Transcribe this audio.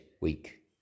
week